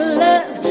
love